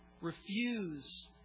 Refuse